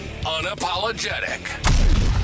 unapologetic